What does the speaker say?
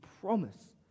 promise